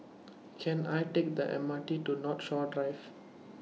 Can I Take The M R T to Northshore Drive